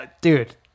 Dude